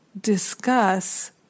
discuss